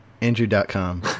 Andrew.com